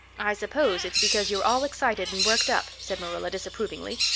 i suppose it's because you're all excited and worked up, said marilla disapprovingly.